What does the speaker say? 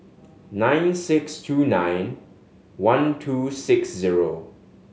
nine six two nine one two six zero